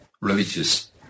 religious